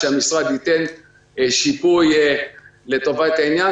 שהמשרד ייתן שיפוי לטובת העניין.